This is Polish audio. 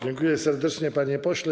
Dziękuję serdecznie, panie pośle.